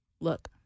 look